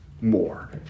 more